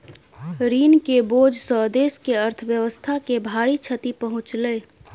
ऋण के बोझ सॅ देस के अर्थव्यवस्था के भारी क्षति पहुँचलै